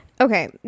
Okay